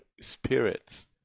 spirits